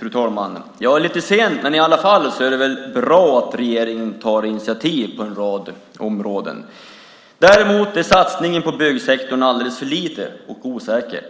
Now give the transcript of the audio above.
Fru talman! Det är lite sent, men det är väl i alla fall bra att regeringen tar initiativ på en rad områden. Däremot är satsningen på byggsektorn alldeles för liten och osäker.